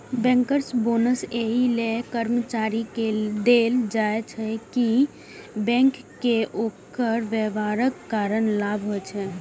bankers bonus एहि लेल कर्मचारी कें देल जाइ छै, कि बैंक कें ओकर व्यवहारक कारण लाभ होइ छै